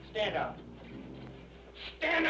stand up and